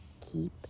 keep